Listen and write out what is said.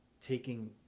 taking